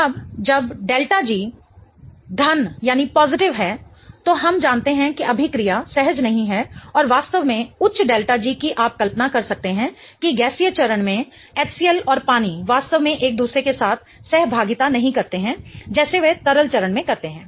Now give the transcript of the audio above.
अब जब ΔG धन है तो हम जानते हैं कि अभिक्रिया सहज नहीं है और वास्तव में उच्च ΔG की आप कल्पना कर सकते हैं कि गैसीय चरण में HCl और पानी वास्तव में एक दूसरे के साथ सहभागिता नहीं करते हैं जैसे वे तरल चरण में करते हैं